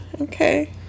Okay